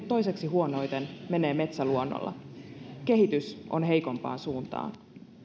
toiseksi huonoiten menee metsäluonnolla kehitys on heikompaan suuntaan